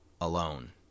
alone